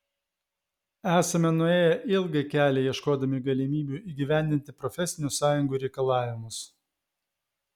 esame nuėję ilgą kelią ieškodami galimybių įgyvendinti profesinių sąjungų reikalavimus